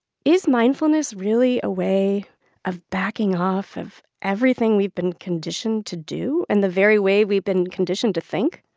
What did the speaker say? is mindfulness really a way of backing off of everything we've been conditioned to do and the very way we've been conditioned to think?